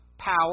power